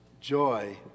joy